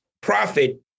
profit